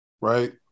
right